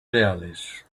leales